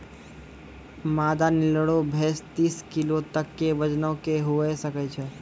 मादा नेल्लोरे भेड़ तीस किलो तक के वजनो के हुए सकै छै